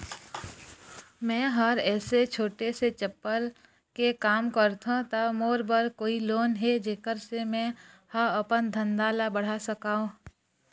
मैं हर ऐसे छोटे से चप्पल के काम करथों ता मोर बर कोई लोन हे जेकर से मैं हा अपन धंधा ला बढ़ा सकाओ?